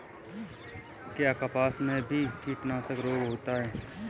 क्या कपास में भी कीटनाशक रोग होता है?